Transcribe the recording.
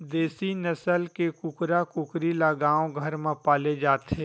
देसी नसल के कुकरा कुकरी ल गाँव घर म पाले जाथे